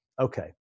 Okay